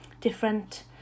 different